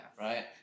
Right